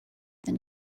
than